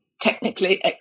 technically